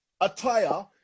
Attire